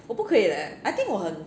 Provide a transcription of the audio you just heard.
我不可以 leh I think 我很